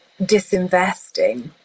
disinvesting